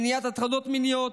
מניעת הטרדות מיניות